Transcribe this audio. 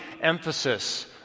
emphasis